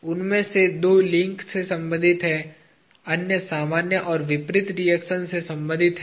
उनमें से दो लिंक से संबंधित हैं अन्य समान और विपरीत रिएक्शन से संबंधित हैं